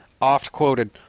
oft-quoted